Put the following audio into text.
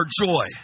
joy